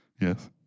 Yes